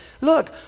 Look